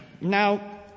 Now